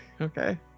Okay